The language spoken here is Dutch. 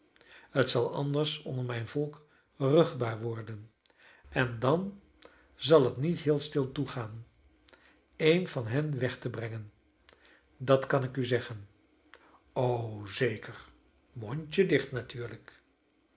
het zal anders onder mijn volk ruchtbaar worden en dan zal het niet heel stil toegaan een van hen weg te brengen dat kan ik u zeggen o zeker mondje dicht natuurlijk